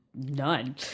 none